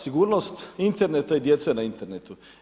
Sigurnost interneta i djece na internetu.